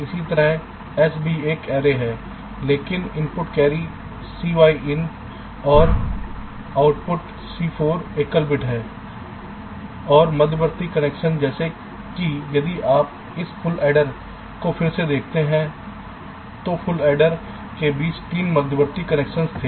इसी तरह S भी एक array है लेकिन इनपुट कैरी cy in और आउटपुट cy4 एकल बिट हैं और मध्यवर्ती कनेक्शन जैसे कि यदि आप इस फुल एडर को फिर से देखते हैं तो फुल एडर के बीच 3 मध्यवर्ती कनेक्शन थे